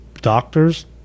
doctors